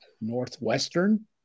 Northwestern